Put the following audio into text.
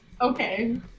Okay